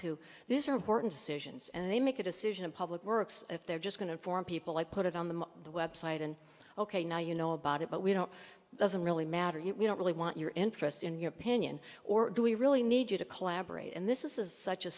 to these are important decisions and they make a decision and public works if they're just going to form people like put it on the the web site and ok now you know about it but we don't doesn't really matter you don't really want your interest in your opinion or do we really need you to collaborate and this is such a